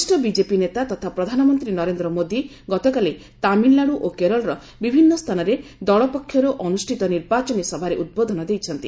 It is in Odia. ବରିଷ୍ଣ ବିଜେପି ନେତା ତଥା ପ୍ରଧାନମନ୍ତ୍ରୀ ନରେନ୍ଦ୍ର ମୋଦୀ ଗତକାଲି ତାମିଲନାଡ଼ୁ ଓ କେରଳର ବିଭିନ୍ନ ସ୍ଥାନରେ ଦଳ ପକ୍ଷରୁ ଅନୁଷ୍ଠିତ ନିର୍ବାଚନୀ ସଭାରେ ଉଦ୍ବୋଧନ ଦେଇଛନ୍ତି